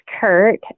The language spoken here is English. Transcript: kurt